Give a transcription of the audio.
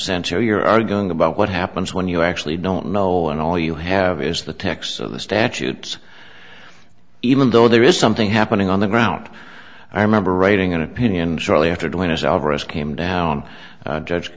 you're arguing about what happens when you actually don't know and all you have is the text of the statutes even though there is something happening on the ground i remember writing an opinion shortly after doing as alvarez came down judge